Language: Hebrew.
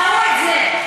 ראו את זה.